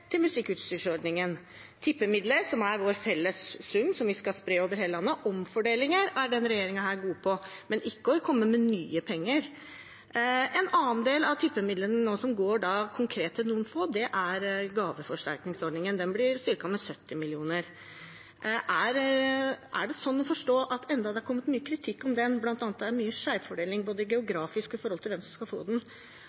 til musikkutstyrsordningen, tippemidler som er vår felles sum som vi skal spre over hele landet. Omfordelinger er denne regjeringen god på, men ikke å komme med nye penger. En annen del av tippemidlene som nå konkret går til noen få, er gaveforsterkningsordningen. Den blir styrket med 70 mill. kr. Er det slik å forstå – enda det er kommet mye kritikk av den, bl.a. at det er mye skjevfordeling både